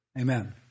Amen